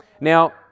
Now